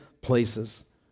places